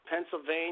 Pennsylvania